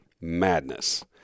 Madness